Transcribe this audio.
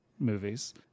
movies